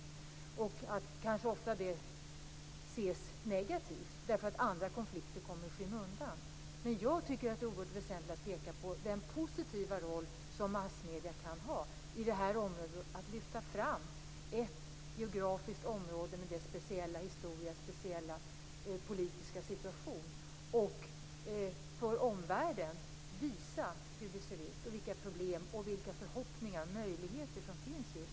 Det kan ofta ses som negativt, därför att andra konflikter kommer i skymundan. Det är oerhört väsentligt att också peka på den positiva roll som massmedierna kan ha. Det handlar om att lyfta fram ett geografiskt område med dess speciella historia och speciella politiska situation och för omvärlden visa hur det ser ut, vilka problem, vilka förhoppningar och vilka möjligheter som finns just här.